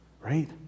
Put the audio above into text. Right